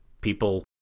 people